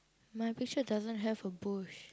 my picture doesn't have a bush